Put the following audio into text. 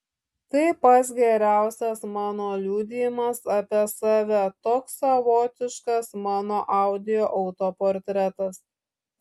tai pats geriausias mano liudijimas apie save toks savotiškas mano audio autoportretas